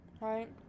Right